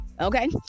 Okay